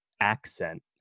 accent